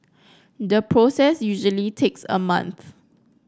the process usually takes a month